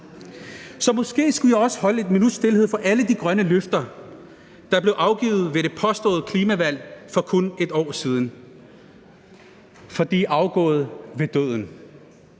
Så måske skulle jeg også holde et minuts stilhed før alle de grønne løfter, der blev afgivet ved det påståede klimavalg for kun et år siden, for de er afgået ved døden.